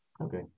Okay